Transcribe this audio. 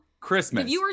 Christmas